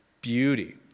beauty